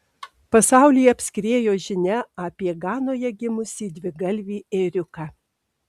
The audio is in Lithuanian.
pasaulį apskriejo žinia apie ganoje gimusį dvigalvį ėriuką